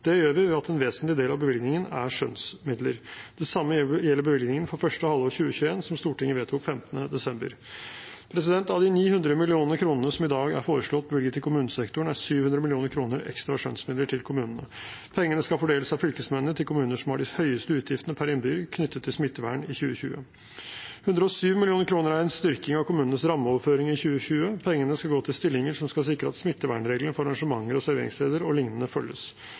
Det gjør vi ved at en vesentlig del av bevilgningen er skjønnsmidler. Det samme gjelder bevilgningene for første halvår 2021, som Stortinget vedtok 15. desember. Av de 900 mill. kr som i dag er foreslått bevilget til kommunesektoren, er 700 mill. kr ekstra skjønnsmidler til kommunene. Pengene skal fordeles av fylkesmennene til kommuner som har de høyeste utgiftene per innbygger knyttet til smittevern i 2020. 107 mill. kr er en styrking av kommunenes rammeoverføring i 2020, og pengene skal gå til stillinger som skal sikre at smittevernreglene for arrangementer, serveringssteder o.l. følges.